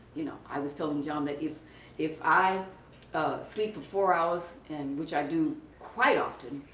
you know. i was telling john that if if i sleep for four hours, and which i do quite often,